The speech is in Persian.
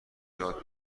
یاد